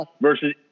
versus